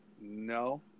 No